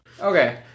Okay